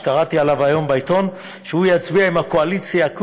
שקראתי עליו היום בעיתון שהוא יצביע עם הקואליציה,